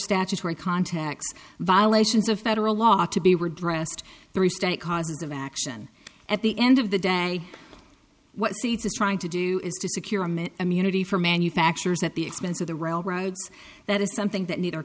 statutory contacts violations of federal law to be redressed three state causes of action at the end of the day what states is trying to do is to secure meant immunity for manufacturers at the expense of the railroads that is something that ne